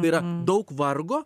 yra daug vargo